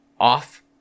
off